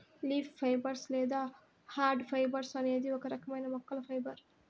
leaf fibres లేదా hard fibres అనేది ఒక రకమైన మొక్కల ఫైబర్